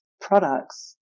products